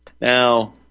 now